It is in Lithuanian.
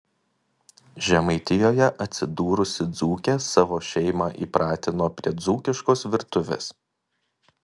žemaitijoje atsidūrusi dzūkė savo šeimą įpratino prie dzūkiškos virtuvės